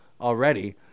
already